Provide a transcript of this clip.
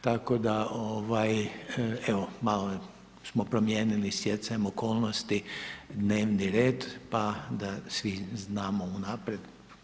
Tako da evo malo smo promijenili stjecajem okolnosti dnevni red pa da svi znamo unaprijed.